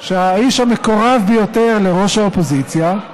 כשהאיש המקורב ביותר לראש האופוזיציה,